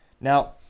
Now